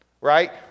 right